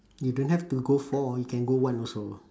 you don't have to go four you can go one also